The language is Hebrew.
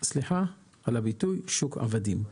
סליחה על הביטוי, שוק עבדים.